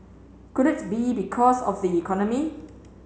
could it be because of the economy